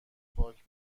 پاک